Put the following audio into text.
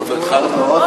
עוד לא התחלנו.